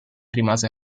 rimase